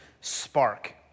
spark